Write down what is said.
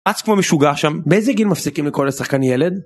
רץ כמו משוגע שם, באיזה גיל מפסיקים לקרוא לשחקן ילד?